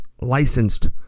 licensed